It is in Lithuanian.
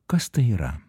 kas tai yra